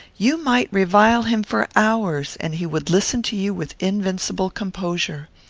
you might revile him for hours, and he would listen to you with invincible composure.